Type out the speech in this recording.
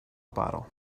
bottle